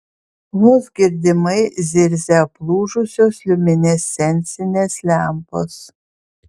vos girdimai zirzia aplūžusios liuminescencinės lempos